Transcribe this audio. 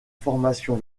formation